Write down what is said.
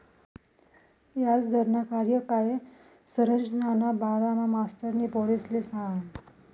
याजदरना कार्यकाय संरचनाना बारामा मास्तरनी पोरेसले सांगं